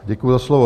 Děkuji za slovo.